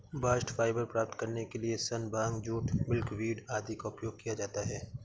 bast fibre प्राप्त करने के लिए सन, भांग, जूट, मिल्कवीड आदि का उपयोग किया जाता है